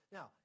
Now